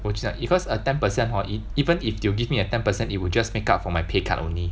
我就讲 because a ten percent hor even if they will give me a ten percent it would just make up for my pay cut only